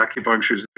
acupuncture